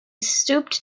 stooped